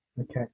Okay